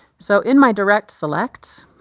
so in my direct selects,